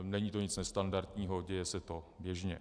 Není to nic nestandardního, děje se to běžně.